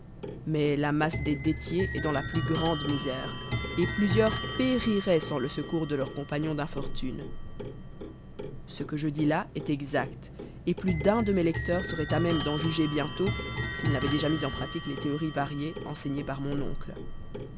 mais la masse des dettiers est dans la plus grande misère et plusieurs périraient sans le secours de leurs compagnons d'infortune ce que je dis là est exact et plus d'un de mes lecteurs seraient à même d'en juger bientôt s'ils n'avaient déjà mis en pratique les théories variées enseignées par mon oncle